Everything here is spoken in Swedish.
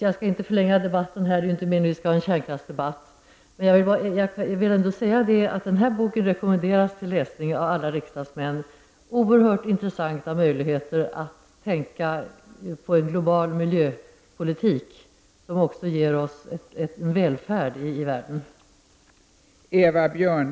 Jag skall inte förlänga debatten, för det är ju inte meningen att vi skall ha en kärnkraftsdebatt. Men jag rekommenderar alla riksdagsledamöter att läsa den här boken. Den ger oss oerhört intressanta möjligheter att tänka globalt när det gäller en miljöpolitik som också ger oss en välfärd i världen.